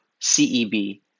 CEB